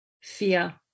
fear